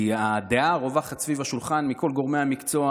כי הדעה הרווחת סביב השולחן מכל גורמי המקצוע,